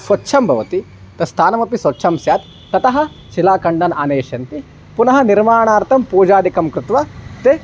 स्वच्छं भवति तत् स्थानमपि स्वच्छं स्यात् ततः शिलाखण्डान् आनयिष्यन्ति पुनः निर्माणार्थं पूजादिकं कृत्वा ते